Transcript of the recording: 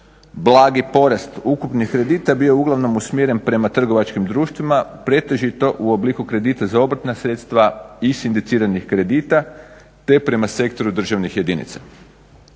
Blagi porast ukupnih kredita bio je uglavnom usmjeren prema trgovačkim društvima pretežito u obliku kredita za obrtna sredstva i indiciranih kredita te prema sektoru državnih jedinica.